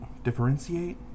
Differentiate